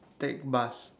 take bus